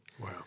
Wow